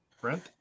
Brent